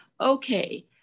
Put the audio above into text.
okay